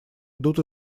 идут